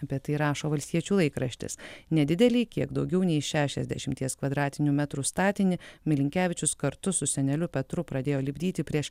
apie tai rašo valstiečių laikraštis nedidelį kiek daugiau nei šešiasdešimties kvadratinių metrų statinį milinkevičius kartu su seneliu petru pradėjo lipdyti prieš